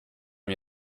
mir